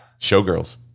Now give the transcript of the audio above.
Showgirls